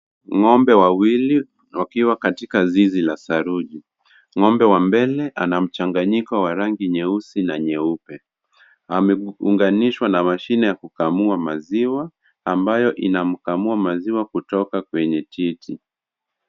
Ng'ombe wawili, wakiwa katika zizi la saruji. Ng'ombe wa mbele ana mchanganyiko wa rangi nyeusi na nyeupe. Amekuunganishwa na mashine ya kukamua maziwa, ambayo inamkamua maziwa kutoka kwenye titi.